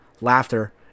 laughter